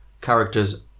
characters